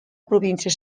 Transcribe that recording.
província